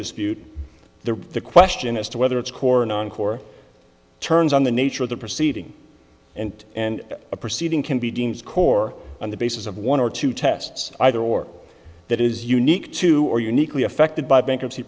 dispute the question as to whether its core non core turns on the nature of the proceeding and and a proceeding can be deemed as core on the basis of one or two tests either or that is unique to or uniquely affected by bankruptcy